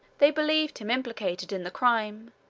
they believed him implicated in the crime,